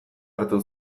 hartu